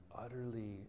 utterly